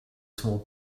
small